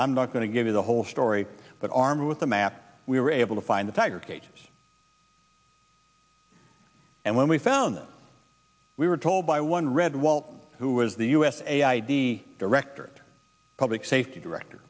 i'm not going to give you the whole story but armed with a map we were able to find the tiger cages and when we found them we were told by one read well who was the usa id director public safety director